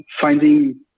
Finding